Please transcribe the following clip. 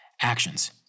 Actions